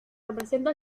representa